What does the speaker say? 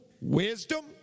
wisdom